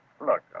Look